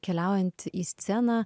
keliaujant į sceną